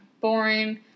boring